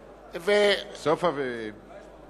אין נגד ואין נמנעים.